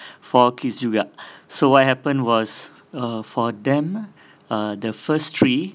four kids juga so what happened was uh for them the first three